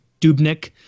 Dubnik